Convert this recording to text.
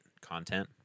content